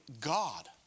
God